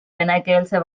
venekeelse